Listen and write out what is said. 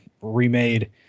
remade